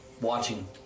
watching